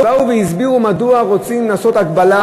באו והסבירו מדוע רוצים לעשות הגבלה